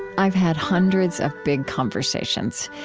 i've had hundreds of big conversations,